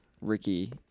Ricky